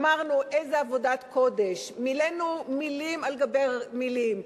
אמרנו איזו עבודת קודש, מילאנו מלים על גבי מלים.